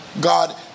god